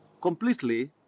completely